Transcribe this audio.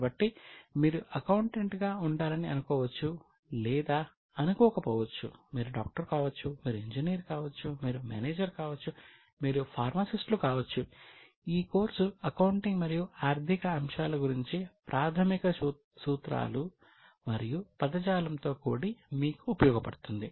కాబట్టి మీరు అకౌంటెంట్గా ఉండాలని అనుకోవచ్చు లేదా అనుకోక పోవచ్చు మీరు డాక్టర్ కావచ్చు మీరు ఇంజనీర్ కావచ్చు మీరు మేనేజర్ కావచ్చు మీరు ఫార్మసిస్ట్లు కావచ్చు ఈ కోర్సు అకౌంటింగ్ మరియు ఆర్ధిక అంశాలు గురించి ప్రాథమిక సూత్రాలు మరియు పదజాలంతో కూడి మీకు ఉపయోగపడుతుంది